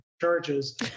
charges